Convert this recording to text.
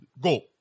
Go